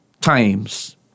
times